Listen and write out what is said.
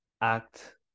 act